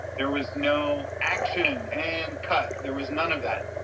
there was no action! and, cut! there was none of that.